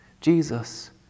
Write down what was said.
Jesus